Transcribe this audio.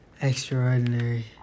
extraordinary